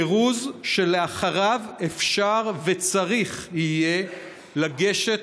פירוז שלאחריו אפשר וצריך יהיה לגשת